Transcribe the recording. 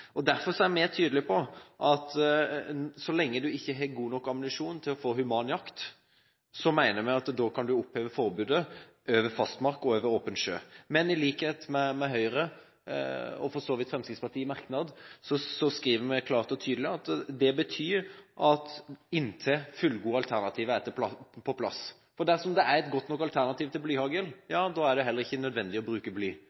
og etter hensikten. Derfor er vi tydelig på at så lenge man ikke har god nok ammunisjon til å få human jakt, mener vi at man kan oppheve forbudet over fast mark og over åpen sjø. Men i merknaden med Høyre – og for så vidt også Fremskrittspartiet – skriver vi klart og tydelig at det betyr «inntil fullgode alternativer er på plass». Dersom det er et godt nok alternativ til blyhagl, er det heller ikke nødvendig å bruke bly.